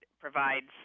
provides